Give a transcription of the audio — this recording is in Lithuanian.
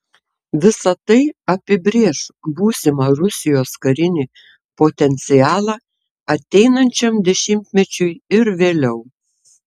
visa tai apibrėš būsimą rusijos karinį potencialą ateinančiam dešimtmečiui ir vėliau